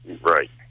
right